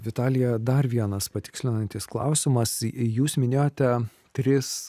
vitalija dar vienas patikslinantis klausimas jūs minėjote tris